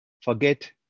forget